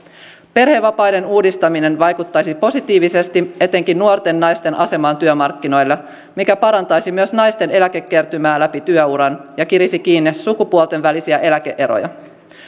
perhevapaiden uudistaminen vaikuttaisi positiivisesti etenkin nuorten naisten asemaan työmarkkinoilla mikä parantaisi myös naisten eläkekertymää läpi työuran ja kirisi kiinni sukupuolten välisiä eläke eroja